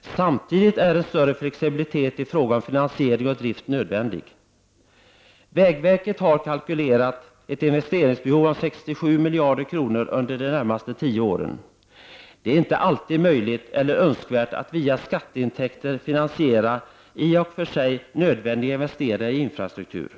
Samtidigt är en större flexibilitet i fråga om finansiering och drift nödvändig. Vägverket har kalkylerat ett investeringsbehov om 67 miljarder kronor under de närmaste tio åren. Det är inte alltid möjligt eller önskvärt att via skatteintäkter finansiera i och för sig nödvändiga investeringar i infrastruktur.